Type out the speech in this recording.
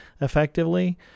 effectively